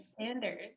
standard